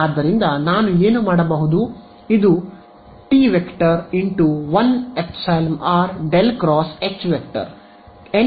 ಆದ್ದರಿಂದ ನಾನು ಏನು ಮಾಡಬಹುದು ಇದು ⃗T × 1 ϵ r ∇× ⃗H